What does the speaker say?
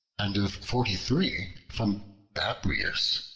and of forty-three from babrias.